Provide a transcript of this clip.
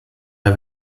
der